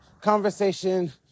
conversation